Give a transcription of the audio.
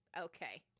okay